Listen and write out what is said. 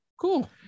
Cool